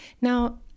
Now